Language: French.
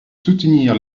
soutenir